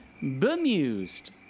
bemused